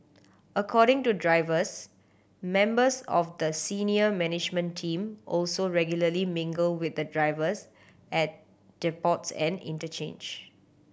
according to drivers members of the senior management team also regularly mingle with the drivers at depots and interchange